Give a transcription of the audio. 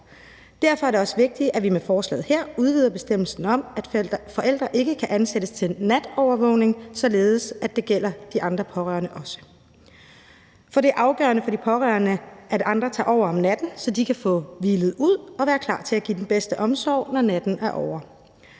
Derfor er det også vigtigt, at vi med forslaget her udvider bestemmelsen om, at forældre ikke kan ansættes til natovervågning, således at det også gælder de andre pårørende. For det er afgørende for de pårørende, at andre tager over om natten, så de kan få hvilet ud og være klar til at give den bedste omsorg, når natten er ovre.